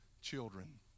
children